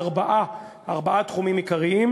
בארבעה תחומים עיקריים: